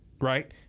right